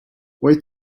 wait